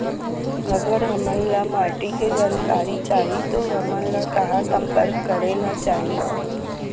अगर हमन ला माटी के जानकारी चाही तो हमन ला कहाँ संपर्क करे ला चाही?